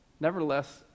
Nevertheless